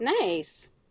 Nice